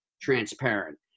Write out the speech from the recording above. transparent